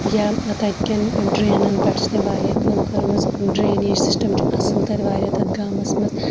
یا تتہِ کٮ۪ن ڈرینَن پٮ۪ٹھ چھِ تٔمۍ واریاہ کٲم کٔرمٕژ ڈرٛینیج سِسٹَم چھُ اَصٕل تَتہٕ واریاہ تَتھ گامَس مَنٛز